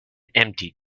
empty